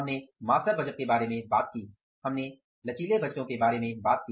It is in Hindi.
हमने मास्टर बजट के बारे में बात की हमने लचीले बजटों के बारे में बात की